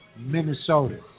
Minnesota